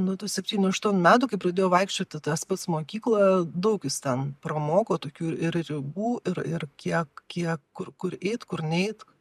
nuo tų septynių aštuonių metų kai pradėjo vaikščiot į tą spec mokyklą daug jis ten pramoko tokių ir ribų ir ir kiek kiek kur kur eit kur neit